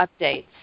updates